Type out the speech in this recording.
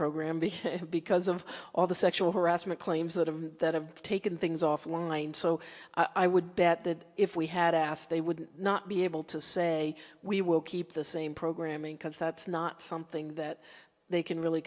program because of all the sexual harassment claims that have that have taken things offline so i would bet that if we had asked they would not be able to say we will keep the same programming because that's not something that they can really